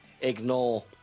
ignore